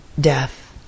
death